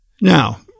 Now